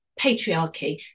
patriarchy